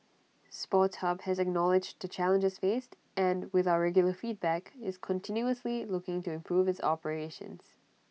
sports hub has acknowledged the challenges faced and with our regular feedback is continuously looking to improve its operations